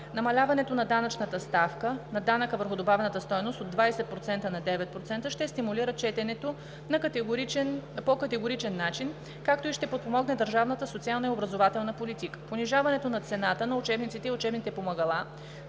Намаляването на данъчната ставка на данъка върху добавената стойност от 20% на 9% ще стимулира четенето по категоричен начин, както и ще подпомогне държавната социална и образователна политика. Понижаването на цената на учебниците и учебните помагала